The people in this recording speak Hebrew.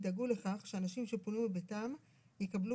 ידאגו לכך שאנשים שפונו מביתם יקבלו